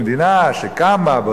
במדינה שקמה,